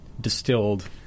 distilled